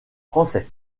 français